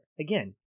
Again